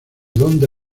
dónde